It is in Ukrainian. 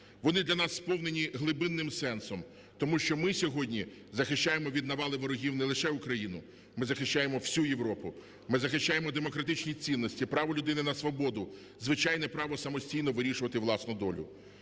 Вони для нас сповнені глибинним сенсом, тому що ми сьогодні захищаємо від навали ворогів не лише Україну, ми захищаємо всю Європу, ми захищаємо демократичні цінності, право людини на свободу, звичайне право самостійно вирішувати власну долю.